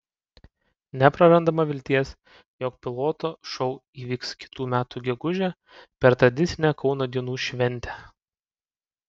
neprarandama vilties jog piloto šou įvyks kitų metų gegužę per tradicinę kauno dienų šventę